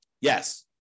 Yes